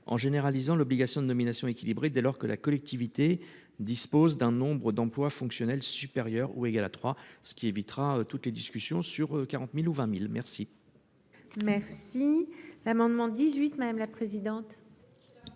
en généralisant l'obligation de nomination équilibrées dès lors que la collectivité dispose d'un nombre d'emplois fonctionnels supérieure ou égale à trois, ce qui évitera toutes les discussions sur 40.000 ou 20.000 merci. Merci l'amendement 18, madame la présidente.